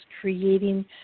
creating